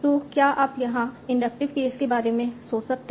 तो क्या आप यहां इंडक्टिव केस के बारे में सोच सकते हैं